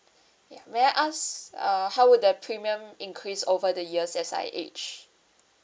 ya may I ask uh how would the premium increase over the years as I age